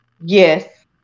Yes